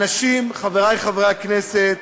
אנשים, חברי חברי הכנסת,